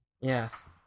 Yes